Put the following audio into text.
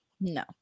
no